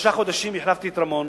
שלושה חודשים החלפתי את רמון,